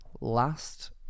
last